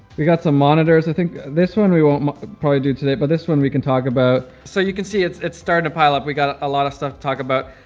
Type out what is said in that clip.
we got some monitors. i think this one we won't probably do today, but this one we can talk about. so you can see it's it's starting to pile up we got a ah lot of stuff to talk about.